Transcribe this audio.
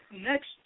next